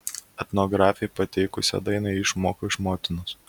etnografei patikusią dainą ji išmoko iš motinos